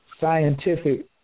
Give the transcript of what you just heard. scientific